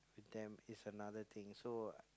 then is another thing so